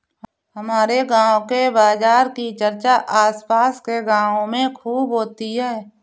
हमारे गांव के बाजार की चर्चा आस पास के गावों में खूब होती हैं